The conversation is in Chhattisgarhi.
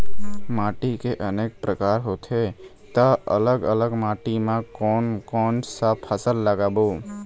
माटी के अनेक प्रकार होथे ता अलग अलग माटी मा कोन कौन सा फसल लगाबो?